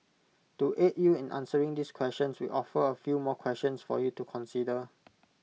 to aid you in answering this question we offer A few more questions for you to consider